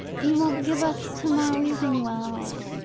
you won't give us to-morrow evening? well!